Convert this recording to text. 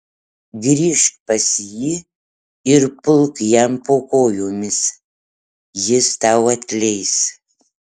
grįžk pas jį ir pulk jam po kojomis jis tau atleis